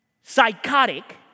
psychotic